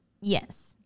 yes